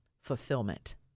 fulfillment